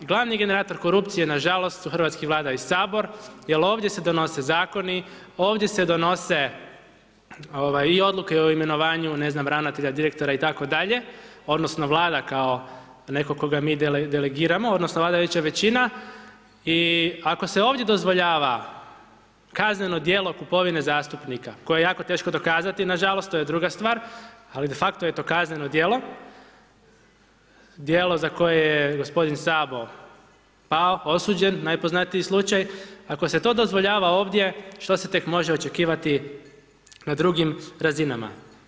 Glavni generator korupcije, nažalost, su hrvatski Vlada i Sabor jel ovdje se donose Zakoni, ovdje se donose i odluke o imenovanju, ne znam, ravnatelja, direktora itd. odnosno Vlada kao netko koga mi delegiramo odnosno vladajuća većina i ako se ovdje dozvoljava kazneno djelo kupovine zastupnika koje je jako teško dokazati, nažalost, to je druga stvar, ali defakto je to kazneno djelo, djelo za koje je g. Sabo pao, osuđen, najpoznatiji slučaj, ako se to dozvoljava ovdje, što se tek može očekivati na drugim razinama.